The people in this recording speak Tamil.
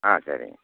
ஆ சரிங்க